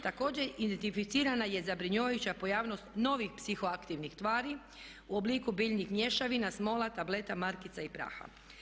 Također identificirana je zabrinjavajuća pojavnost novih psihoaktivnih tvari u obliku biljnih mješavina, smola, tableta, markica i praha.